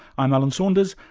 i'm alan saunders,